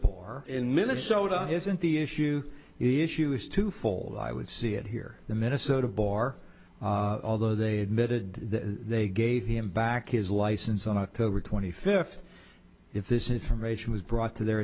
pour in minnesota isn't the issue is you is twofold i would see it here in minnesota bore although they admitted that they gave him back his license on october twenty fifth if this information was brought to their